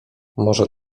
może